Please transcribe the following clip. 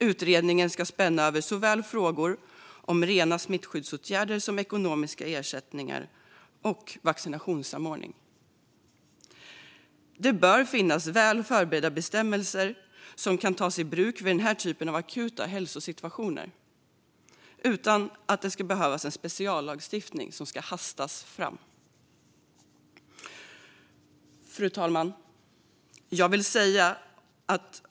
Utredningen ska spänna över såväl frågor om rena smittskyddsåtgärder som ekonomiska ersättningar och vaccinationssamordning. Det bör finnas väl förberedda bestämmelser som kan tas i bruk vid den typen av akuta hälsosituationer utan att det ska behövas en speciallagstiftning som ska hastas fram. Fru talman!